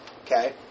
Okay